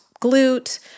glute